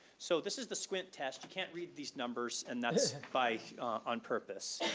so this is the squint test. you can't read these numbers, and that's by on purpose.